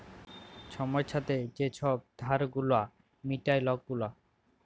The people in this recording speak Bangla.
ছময়ের ছাথে যে ছব ধার গুলা মিটায় লক গুলা